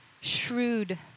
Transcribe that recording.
shrewd